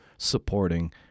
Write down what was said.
supporting